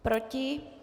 Proti?